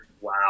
Wow